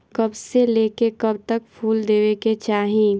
कब से लेके कब तक फुल देवे के चाही?